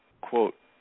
quote